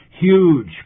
huge